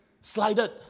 slided